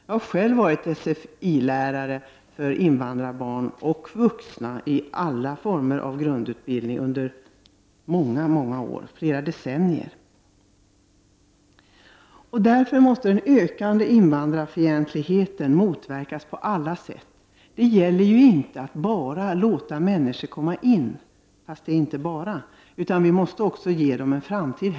Jag har själv varit SFl-lärare för invandrarbarn och vuxna i alla former av grundutbildning i flera decennier och vet vad det handlar om. Den ökande invandrarfientligheten måste motverkas på alla sätt. Det räcker inte med att låta barn komma in i Sverige — fast det är inte så bara, utan vi måste också ge dem en framtid.